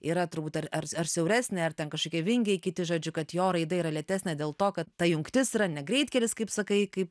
yra turbūt ar ar ar siauresnė ar ten kažkokie vingiai kiti žodžiu kad jo raida yra lėtesnė dėl to kad ta jungtis yra ne greitkelis kaip sakai kaip